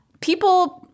people